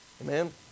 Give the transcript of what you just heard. Amen